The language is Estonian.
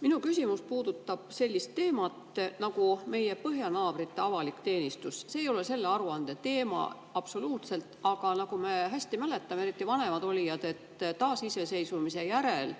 Minu küsimus puudutab sellist teemat nagu meie põhjanaabrite avalik teenistus. See ei ole absoluutselt selle aruande teema, aga nagu me hästi mäletame, eriti mäletavad vanemad olijad, et taasiseseisvumise järel